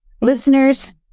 Listeners